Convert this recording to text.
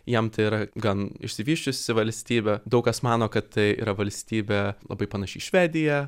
jiem tai yra gan išsivysčiusi valstybė daug kas mano kad tai yra valstybė labai panaši į švediją